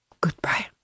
Goodbye